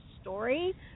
story